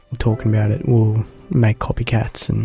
talking about it will make copycats.